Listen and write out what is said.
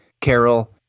Carol